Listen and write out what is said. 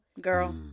girl